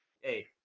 Hey